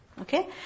Okay